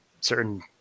certain